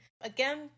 Again